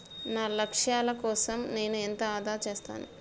నా లక్ష్యాల కోసం నేను ఎంత ఆదా చేస్తాను?